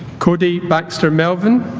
cody baxter melvin